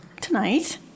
tonight